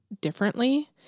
differently